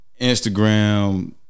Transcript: Instagram